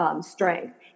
strength